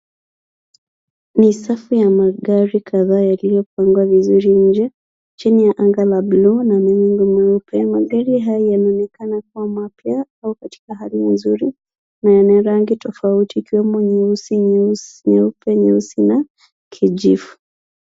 Ni safu ya magari kadhaa yaliyopangwa vizuri nje chini ya anga la buluu na mawingu meupe. Magari haya yanaonekana kuwa mapya au katika hali nzuri na yana rangi tofauti ikiwemo nyeusi, nyeupe na kijivu.